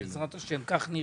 בעזרת השם כך נראה,